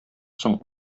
соң